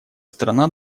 страна